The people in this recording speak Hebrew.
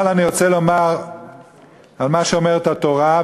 אבל אני רוצה לומר מה שאומרת התורה,